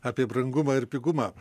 apie brangumą ir pigumą